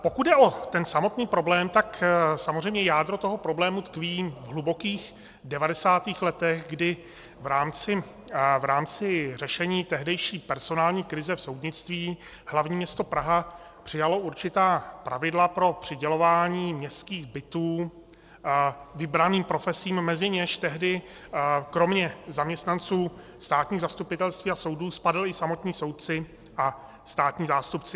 Pokud jde o ten samotný problém, tak jádro toho problému tkví v hlubokých devadesátých letech, kdy v rámci řešení tehdejší personální krize v soudnictví hlavní město Praha přijalo určitá pravidla pro přidělování městských bytů vybraným profesím, mezi něž tehdy kromě zaměstnanců státních zastupitelství a soudů spadli i samotní soudci a státní zástupci.